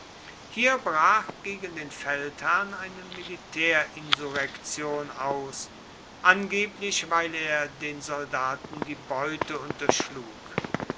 hier brach gegen den feldherrn eine militärinsurrektion aus angeblich weil er den soldaten die beute unterschlug